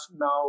now